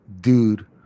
dude